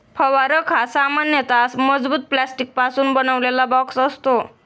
फवारक हा सामान्यतः मजबूत प्लास्टिकपासून बनवलेला बॉक्स असतो